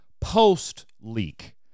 post-leak